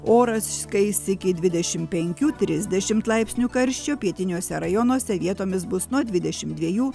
oras kais iki dvidešimt penkių trisdešimt laipsnių karščio pietiniuose rajonuose vietomis bus nuo dvidešimt dviejų